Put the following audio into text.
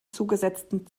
zugesetzten